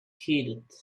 heeded